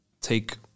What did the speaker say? take